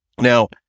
Now